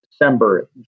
December